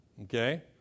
Okay